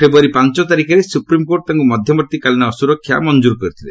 ଫେବୃୟାରୀ ପାଞ୍ଚ ତାରିଖରେ ସୁପ୍ରିମ୍କୋର୍ଟ ତାଙ୍କୁ ମଧ୍ୟବର୍ତ୍ତୀକାଳୀନ ସୁରକ୍ଷା ମଞ୍ଜୁର କରିଥିଲେ